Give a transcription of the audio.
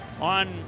on